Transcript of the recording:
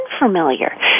unfamiliar